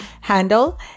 handle